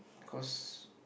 cause